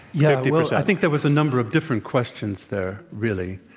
yeah. well i think there was a number of different questions there, really.